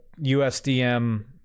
USDM